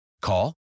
Call